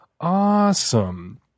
awesome